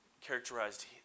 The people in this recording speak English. characterized